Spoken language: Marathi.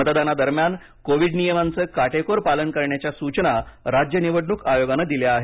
मतदानादरम्यान कोविड नियमांचं काटेकोर पालन करण्याच्या सूचना राज्य निवडणूक आयोगानं दिल्या आहेत